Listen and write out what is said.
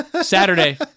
Saturday